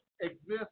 exist